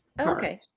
Okay